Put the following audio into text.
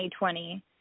2020